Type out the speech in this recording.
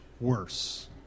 worse